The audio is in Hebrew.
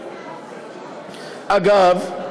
אגב,